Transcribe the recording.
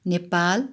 Nepal